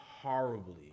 horribly